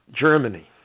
Germany